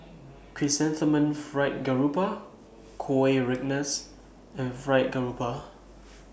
Chrysanthemum Fried Garoupa Kueh Rengas and Fried Garoupa